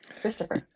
Christopher